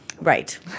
Right